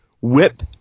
whip